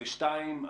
שניים,